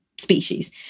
species